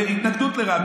התנגדות לרע"מ.